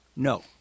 No